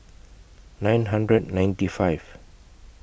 nine hundred ninety five